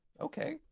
Okay